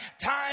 time